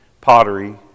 pottery